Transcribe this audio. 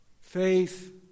faith